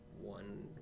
one